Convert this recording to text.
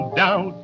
down